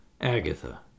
Agatha